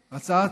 הצבעה,